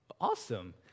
Awesome